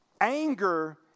Anger